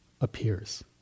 appears